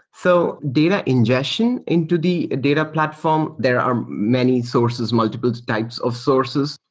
so data ingestion into the data platform, there are many sources, multiple types of sources.